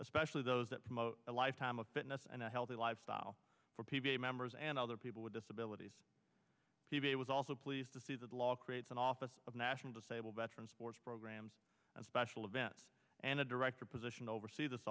especially those that promote a lifetime of fitness and a healthy lifestyle for p v a members and other people with disabilities p v a was also pleased to see that law creates an office of national disabled veterans sports programs and special events and a director position to oversee this